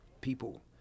people